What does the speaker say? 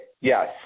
yes